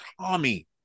Tommy